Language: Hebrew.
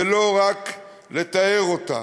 ולא רק לתאר אותה.